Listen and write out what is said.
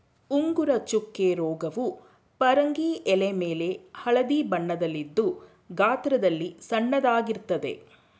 ಉಂಗುರ ಚುಕ್ಕೆ ರೋಗವು ಪರಂಗಿ ಎಲೆಮೇಲೆ ಹಳದಿ ಬಣ್ಣದಲ್ಲಿದ್ದು ಗಾತ್ರದಲ್ಲಿ ಸಣ್ಣದಾಗಿರ್ತದೆ